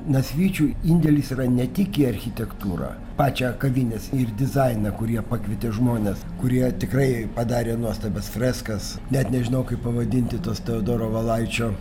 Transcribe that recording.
nasvyčių indėlis yra ne tik į architektūrą pačią kavinės ir dizainą kurie pakvietė žmones kurie tikrai padarė nuostabias freskas net nežinau kaip pavadinti tuos teodoro valaičio